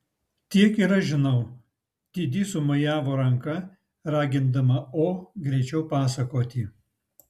tiek ir aš žinau didi sumojavo ranka ragindama o greičiau pasakoti